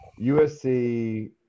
USC